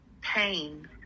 pain